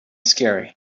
scary